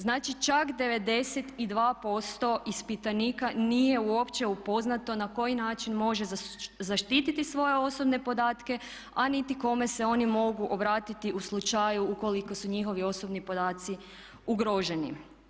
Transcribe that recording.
Znači čak 92% ispitanika nije uopće upoznato na koji način može zaštiti svoje osobne podatke a niti kome se oni mogu obratiti u slučaju ukoliko su njihovi osobni podaci ugroženi.